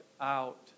out